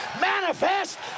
manifest